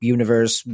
Universe